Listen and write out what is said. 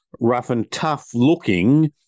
rough-and-tough-looking